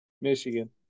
Michigan